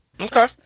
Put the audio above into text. Okay